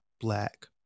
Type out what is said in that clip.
black